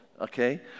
okay